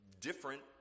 different